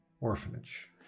orphanage